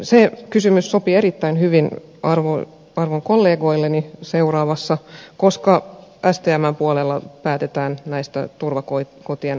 se kysymys sopii erittäin hyvin arvon kollegoilleni koska stmn puolella päätetään näistä turvakotien resursoinneista